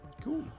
Cool